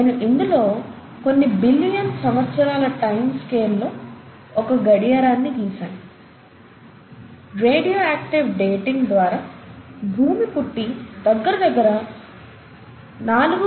నేను ఇందులో కొన్ని బిలియన్ సంవత్సరాల టైం స్కేల్ లో ఒక గడియారాన్ని గీసాను రేడియో ఆక్టివ్ డేటింగ్ ద్వారా భూమి పుట్టి దగ్గర దగ్గర 4